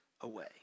away